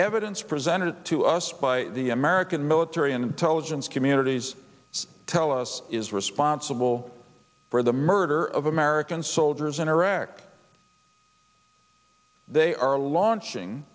evidence presented to us by the american military and intelligence communities tell us is responsible for the murder of american soldiers in iraq they are launching